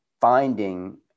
finding